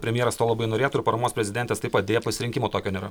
premjeras to labai norėtų ir paramos prezidentės taip pat deja pasirinkimo tokio nėra